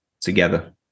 together